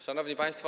Szanowni Państwo!